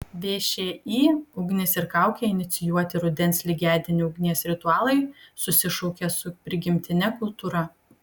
všį ugnis ir kaukė inicijuoti rudens lygiadienių ugnies ritualai susišaukia su prigimtine kultūra